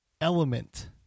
Element